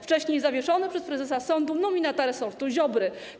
Wcześniej zawieszony przez prezesa sądu, nominata resortu Ziobry.